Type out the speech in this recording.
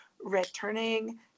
returning